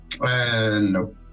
No